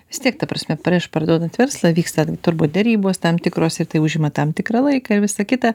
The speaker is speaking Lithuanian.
vis tiek ta prasme prieš parduodant verslą vyksta turbūt derybos tam tikros ir tai užima tam tikrą laiką ir visa kita